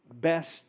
best